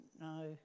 No